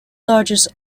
largest